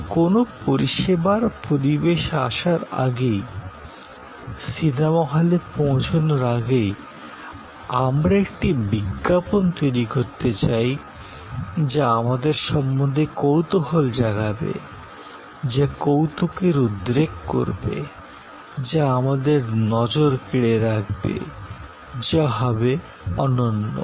তবে কোনও পরিষেবার পরিবেশে আসার আগেই সিনেমা হলে পৌঁছানোর আগেই আমরা একটি বিজ্ঞাপন তৈরি করতে চাই যা আমাদের সম্বন্ধে কৌতূহল জাগাবে যা কৌতুকের উদ্রেক করবে যা আমাদের নজর কেড়ে রাখবে যা হবে অনন্য